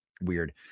weird